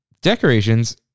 decorations